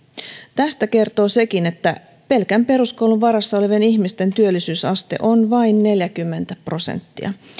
tästä kertoo sekin että pelkän peruskoulun varassa olevien ihmisten työllisyysaste on vain neljäkymmentä prosenttia